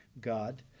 God